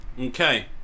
Okay